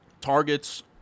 targets